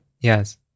Yes